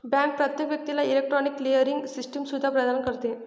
bank प्रत्येक व्यक्तीला electronic clearing system सुविधा प्रदान करते